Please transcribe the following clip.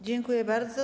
Dziękuję bardzo.